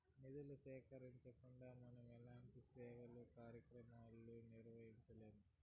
నిధులను సేకరించకుండా మనం ఎలాంటి సేవా కార్యక్రమాలను నిర్వహించలేము